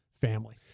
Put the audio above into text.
family